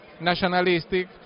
nationalistic